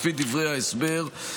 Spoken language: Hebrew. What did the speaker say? לפי דברי ההסבר,